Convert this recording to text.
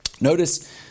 Notice